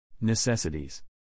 Necessities